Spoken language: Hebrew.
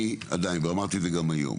אני עדיין, ואמרתי את זה גם היום,